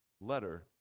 letter